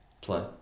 play